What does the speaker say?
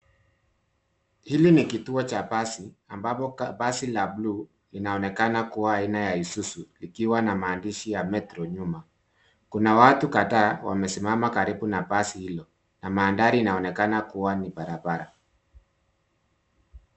Hili ni kituo cha basi, ambapo basi la bluu linaonekana kuwa aina ya Isuzu ikiwa na maandishi ya Metro nyuma. Kuna watu kadhaa wamesimama karibu na basi hilo na mandhari inaonekana kuwa ni barabara.